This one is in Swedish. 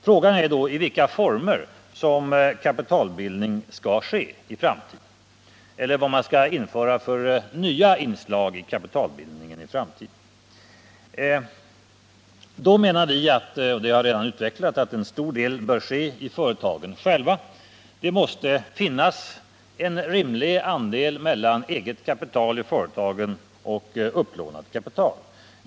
Frågan är då i vilka former som kapitalbildning skall ske i framtiden eller, rättare sagt, vad man skall införa för nya inslag i kapitalbildningen i framtiden. Vi menar — och det har jag redan utvecklat — att en stor del av den bör ske i företagen själva. Det måste finnas en rimlig avvägning mellan eget kapital i företagen och upplånat kapital.